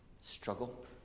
Struggle